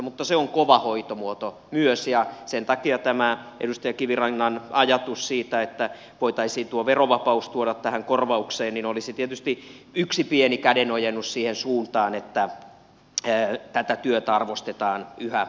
mutta se on myös kova hoitomuoto ja sen takia tämä edustaja kivirannan ajatus siitä että voitaisiin tuo verovapaus tuoda tähän korvaukseen olisi tietysti yksi pieni kädenojennus siihen suuntaan että tätä työtä arvostetaan yhä enemmän